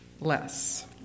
less